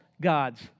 gods